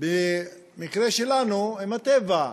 במקרה שלנו, עם הטבע,